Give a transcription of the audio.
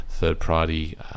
third-party